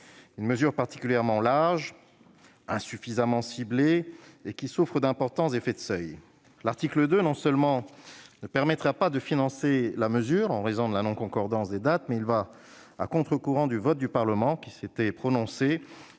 une mesure particulièrement large, insuffisamment ciblée et qui souffre d'importants effets de seuil. Non seulement l'article 2 ne permettra pas de financer la mesure, en raison de la non-concordance des dates, mais il va à contre-courant du vote du Parlement, qui s'était prononcé